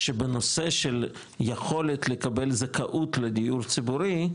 שבנושא של יכולת לקבל זכאות לדיור ציבורי,